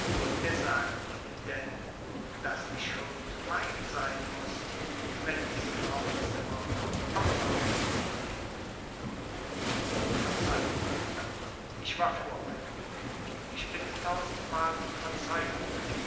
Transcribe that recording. wer sagt ihnen denn daß die schuld mein sein muß wenn diese frauenzimmer vom opfergeld leben verzeihung madame ich war voreilig ich bitte tausendmal um verzeihung